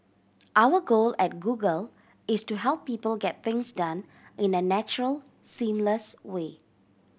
our goal at Google is to help people get things done in a natural seamless way